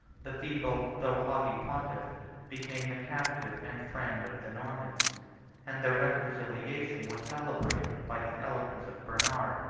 the feeble though haughty pontiff became the captive and friend of the normans and their reconciliation was celebrated by the eloquence of bernard,